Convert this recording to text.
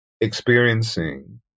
experiencing